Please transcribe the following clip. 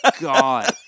God